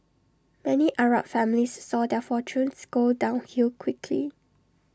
many Arab families saw their fortunes go downhill quickly